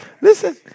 Listen